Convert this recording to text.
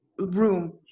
room